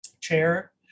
chair